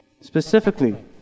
specifically